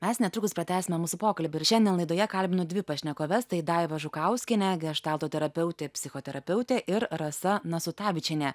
mes netrukus pratęsime mūsų pokalbį ir šiandien laidoje kalbinu dvi pašnekoves tai daiva žukauskienė geštalto terapeutė psichoterapeutė ir rasa nasutavičienė